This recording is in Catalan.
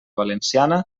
valenciana